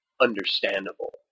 understandable